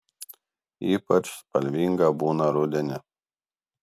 ypač spalvinga būna rudenį